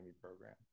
program